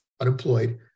unemployed